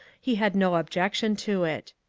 he had no objec tion to it.